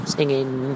Singing